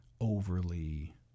overly